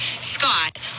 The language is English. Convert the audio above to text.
Scott